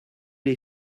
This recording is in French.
les